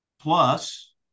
Plus